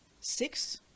six